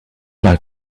like